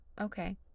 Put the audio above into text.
okay